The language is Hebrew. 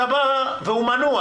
והוא מנוע,